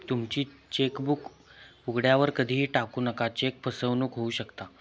तुमची चेकबुक उघड्यावर कधीही टाकू नका, चेक फसवणूक होऊ शकता